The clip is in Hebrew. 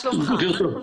שלום.